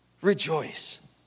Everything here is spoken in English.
Rejoice